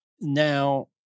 Now